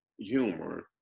humor